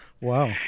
Wow